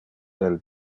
del